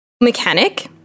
mechanic